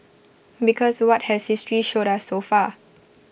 because what has history showed us so far